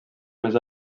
més